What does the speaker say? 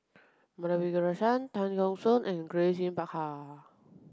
Madhavi Krishnan Tan Keong Choon and Grace Yin Peck Ha